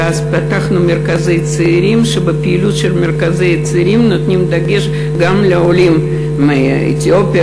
אז פתחנו מרכזי צעירים שבפעילות שלהם נותנים דגש גם על עולים מאתיופיה,